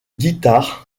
guitare